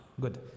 Good